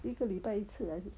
一个礼拜一次还是